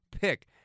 pick